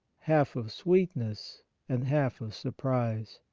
half of sweetness and half of surprise